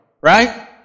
Right